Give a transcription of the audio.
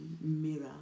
mirror